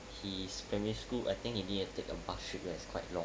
his primary school I think he need to take a bus trip that is quite long